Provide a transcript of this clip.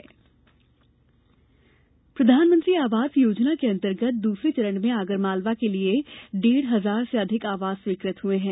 PM आवास प्रधानमंत्री आवास योजना के अन्तर्गत दूसरे चरण में आगरमालवा के लिये डेढ़ हजार से अधिक आवास स्वीकृत हुए है